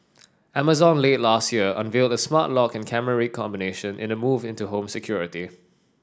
Amazon late last year unveiled a smart lock and camera combination in a move into home security